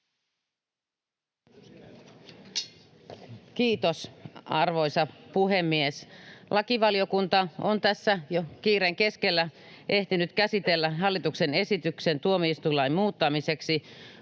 Kiitos, arvoisa puhemies! Lakivaliokunta on tässä kiireen keskellä ehtinyt käsitellä jo hallituksen esityksen tuomioistuinlain muuttamiseksi,